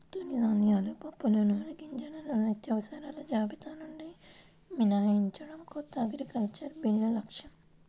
తృణధాన్యాలు, పప్పులు, నూనెగింజలను నిత్యావసరాల జాబితా నుండి మినహాయించడం కొత్త అగ్రికల్చరల్ బిల్లు లక్ష్యం